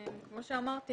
כמו שאמרתי,